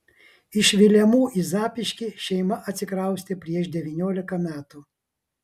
iš vilemų į zapyškį šeima atsikraustė prieš devyniolika metų